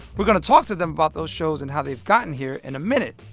we're going to talk to them about those shows and how they've gotten here in a minute.